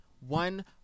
one